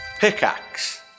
pickaxe